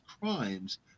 crimes